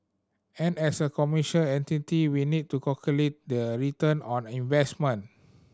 and as a commercial entity we need to calculate the return on investment